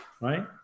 right